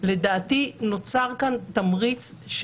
אבל לדעתי נוצר כאן תמריץ.